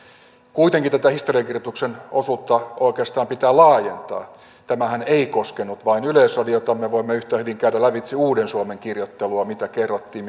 kuitenkin tätä historiankirjoituksen osuutta oikeastaan pitää laajentaa tämähän ei koskenut vain yleisradiotamme voimme yhtä hyvin käydä lävitse uuden suomen kirjoittelua mitä kerrottiin